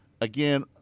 Again